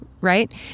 right